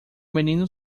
menino